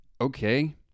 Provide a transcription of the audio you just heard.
Okay